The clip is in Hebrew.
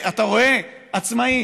אתה רואה עצמאי